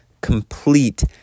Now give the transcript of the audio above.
complete